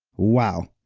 wow,